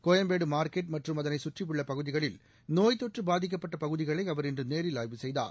Koyambedu market மற்றும் அதனை சுற்றியுள்ள பகுதிகளில் நோய் தொற்று பாதிக்கப்பட்ட பகுதிகளை அவர் இன்று நேரில் ஆய்வு செய்தார்